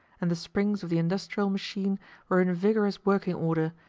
and the springs of the industrial machine were in vigorous working order,